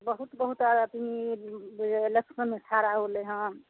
बहुत बहुत अथी इलेक्शनमे ठाढ़ा होलै हँ